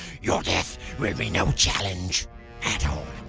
your death will be no challenge at all.